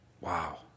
Wow